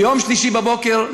ביום שלישי בבוקר,